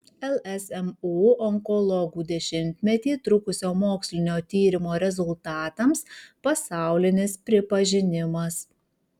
lsmu onkologų dešimtmetį trukusio mokslinio tyrimo rezultatams pasaulinis pripažinimas